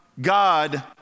God